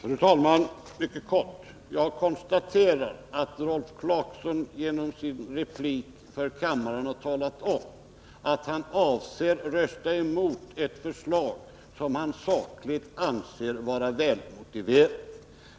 Fru talman! Jag vill mycket kortfattat konstatera att Rolf Clarkson genom sin replik har talat om för kammaren att han avser att rösta emot ett förslag som han sakligt anser vara välmotiverat.